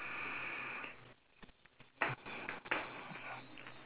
C H correct ah same